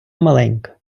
маленька